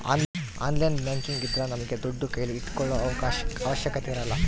online banking ಇದ್ರ ನಮ್ಗೆ ದುಡ್ಡು ಕೈಲಿ ಇಟ್ಕೊಳೋ ಅವಶ್ಯಕತೆ ಇರಲ್ಲ